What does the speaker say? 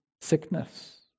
Sickness